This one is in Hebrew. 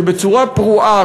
שבצורה פרועה,